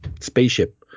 spaceship